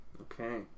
Okay